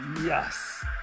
Yes